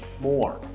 more